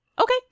Okay